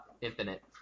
infinite